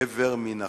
איבר מן החי.